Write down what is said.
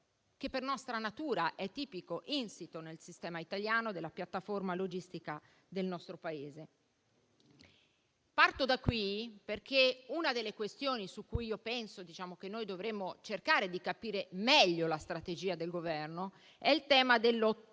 che, per nostra natura, è tipico, insito nel sistema italiano, della piattaforma logistica del nostro Paese. Parto da qui perché una delle questioni su cui penso che dovremmo cercare di capire meglio la strategia del Governo è il tema del tanto